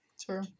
True